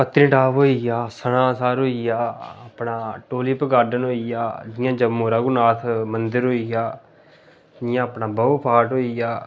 पत्नीटाप होई गेआ सनासर होई गेआ अपना टूलिप गार्डन होई गेआ जियां जम्मू रघुनाथ मंदिर होई गेआ जियां अपने बहू फार्ट होई गेआ